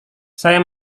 saya